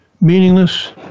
meaningless